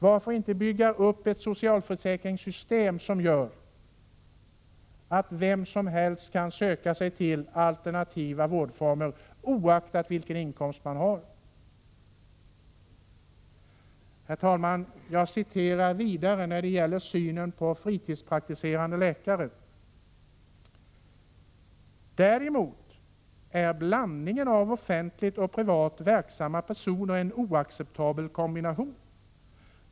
Varför inte bygga upp ett socialförsäkringssystem, som gör att vem som helst kan söka sig till alternativa vårdformer oavsett inkomst? Herr talman! Jag citerar vidare ur nämnda rapport om synen på fritidspraktiserande läkare. Där står: ”Däremot är blandningen av offentligt och privat verksamma personer en oacceptabel kombination.